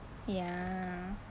ya